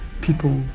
people